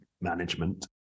management